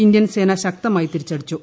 ഇന്ത്യൻസേന ശക്തമായി തിരിച്ചടിച്ചു